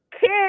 Kid